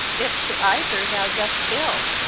if to either, thou dost ill.